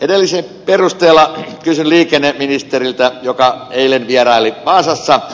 edellisen perusteella kysyn liikenneministeriltä joka eilen vieraili vaasassa